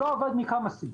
זה לא עבד מכמה סיבות: